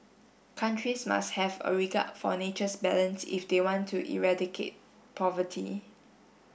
countries must have a regard for nature's balance if they want to eradicate poverty